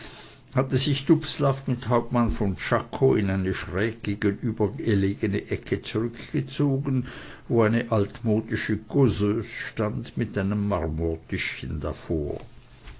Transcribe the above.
hatte sich dubslav mit hauptmann von czako in eine schräg gegenüber gelegene ecke zurückgezogen wo eine altmodische causeuse stand mit einem marmortischchen davor